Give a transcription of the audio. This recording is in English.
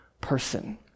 person